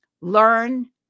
Learn